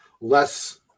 less